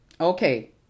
Okay